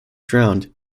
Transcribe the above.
drowned